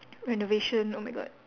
renovation oh my god